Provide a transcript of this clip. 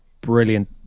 brilliant